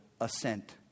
assent